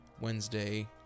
Wednesday